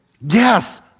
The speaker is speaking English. Yes